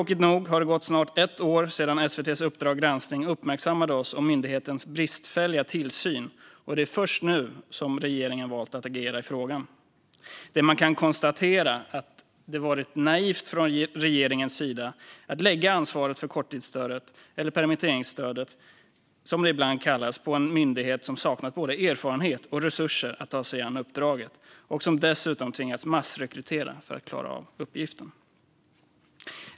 Det har snart gått ett år sedan SVT:s Uppdrag g ranskning uppmärksammade oss på myndighetens bristfälliga tillsyn, och tråkigt nog är det först nu regeringen valt att agera i frågan. Det man kan konstatera är att det var naivt av regeringen att lägga ansvaret för korttidsstödet, eller permitteringsstödet som det ibland kallas, på en myndighet som saknade både erfarenhet och resurser för att ta sig an uppdraget och som dessutom tvingades massrekrytera för att klara av uppgiften.